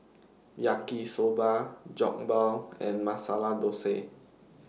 Yaki Soba Jokbal and Masala Dosa